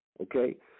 okay